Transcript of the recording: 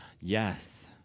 Yes